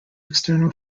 external